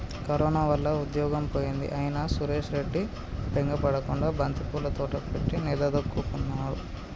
corona వల్ల ఉద్యోగం పోయింది అయినా సురేష్ రెడ్డి బెంగ పడకుండా బంతిపూల తోట పెట్టి నిలదొక్కుకున్నాడు